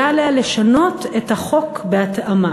היה עליה לשנות את החוק בהתאמה.